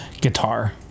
guitar